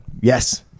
Yes